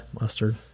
mustard